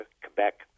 Quebec